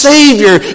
Savior